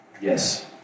Yes